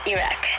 Iraq